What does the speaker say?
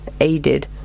aided